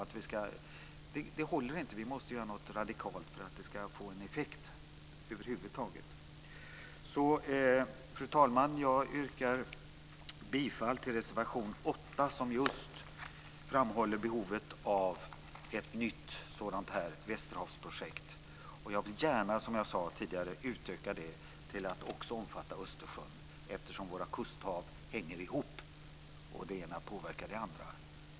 Det håller inte. Vi måste göra något radikalt för att det ska få en effekt över huvud taget. Fru talman! Jag yrkar bifall till reservation 8 som just framhåller behovet av ett nytt västerhavsprojekt. Jag vill gärna, som jag sade tidigare, utöka det till att också omfatta Östersjön, eftersom våra kusthav hänger ihop. Det ena påverkar det andra.